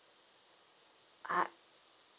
ah